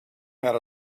had